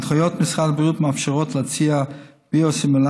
הנחיות משרד הבריאות מאפשרות להציע ביוסימילר